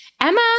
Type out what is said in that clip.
Emma